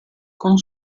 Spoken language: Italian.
con